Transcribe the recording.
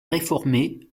réformés